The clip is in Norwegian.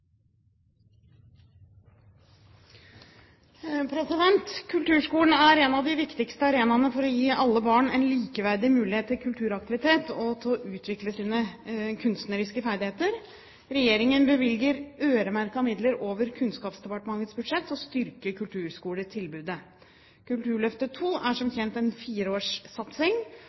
Kulturskolen er en av de viktigste arenaene for å gi alle barn en likeverdig mulighet til kulturaktivitet og til å utvikle sine kunstneriske ferdigheter. Regjeringen bevilger øremerkede midler over Kunnskapsdepartementets budsjett til å styrke kulturskoletilbudet. Kulturløftet II er som kjent en